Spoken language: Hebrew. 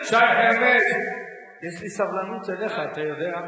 חבר הכנסת שי חרמש, יש לי סבלנות אליך, אתה יודע?